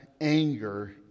anger